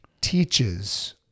teaches